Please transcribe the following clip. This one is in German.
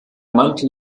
mantel